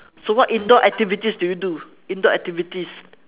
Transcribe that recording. so what indoor activities do you do indoor activities